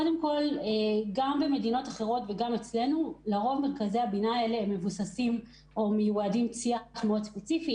גם במדינות אחרות וגם אצלנו מרכזי הבינה מיועדים לנושאים ספציפיים.